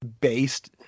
based